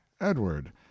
Edward